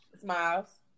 Smiles